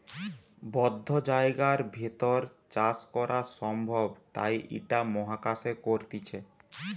বদ্ধ জায়গার ভেতর চাষ করা সম্ভব তাই ইটা মহাকাশে করতিছে